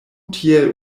tiel